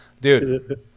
dude